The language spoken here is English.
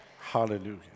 Hallelujah